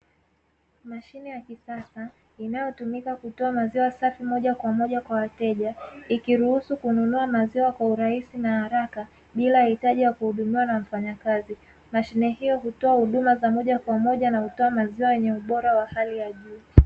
Mashine ya kisasa inayotumika kutoa maziwa safi moja kwa moja kwa wateja ikiruhusu kununua maziwa kwa uangalifu na haraka bila ya uhitaji wa kuhudumiwa na mfanyakazi. Mashine hiyo hutoa huduma za moja kwa moja na hutoa maziwa yenye ubora wa hali ya juu.